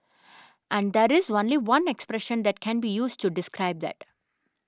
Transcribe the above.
and there's only one expression that can be used to describe that